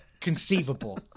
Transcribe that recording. conceivable